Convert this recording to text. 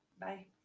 bye